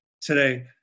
today